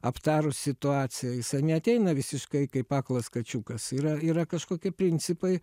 aptarus situaciją jisai neateina visiškai kaip aklas kačiukas yra yra kažkokie principai